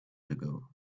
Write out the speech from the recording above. ago